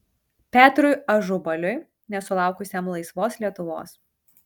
petrui ažubaliui nesulaukusiam laisvos lietuvos